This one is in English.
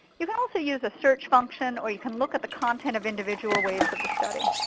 you can also use a search function or you can look at the content of individual waves of the study.